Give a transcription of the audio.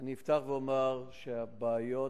אני אפתח ואומר שהבעיות